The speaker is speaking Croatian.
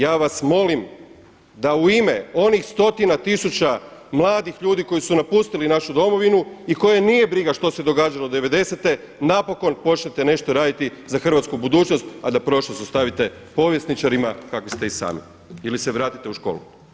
Ja vas molim da u ime onih stotina tisuća mladih ljudi koji su napustili našu Domovinu i koje nije briga što se događalo devedesete napokon počnete nešto raditi za hrvatsku budućnost, a da prošlost ostavite povjesničarima kakvi ste i sami ili se vratite u školu.